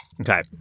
Okay